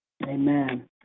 Amen